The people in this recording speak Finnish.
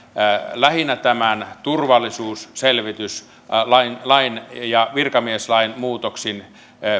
lähinnä tämän turvallisuusselvityslain ja virkamieslain muutoksin